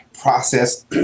process